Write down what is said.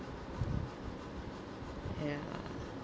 ya